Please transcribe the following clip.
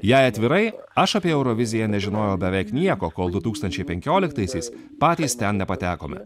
jei atvirai aš apie euroviziją nežinojau beveik nieko kol du tūkstančiai penkioliktaisiais patys ten nepatekome